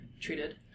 treated